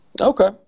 Okay